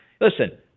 listen